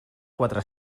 quatre